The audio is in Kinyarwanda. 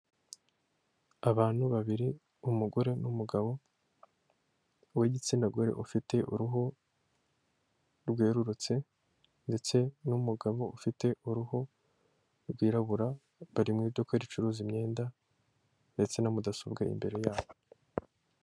Abantu babiri umugore n'umugabo uw'igitsinagore ufite uruhu rwerurutse, ndetse n'umugabo ufite uruhu rwirabura bari mu iduka ricuruza imyenda ndetse na mudasobwa imbere yabo.